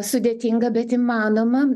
sudėtinga bet įmanoma